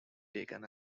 taken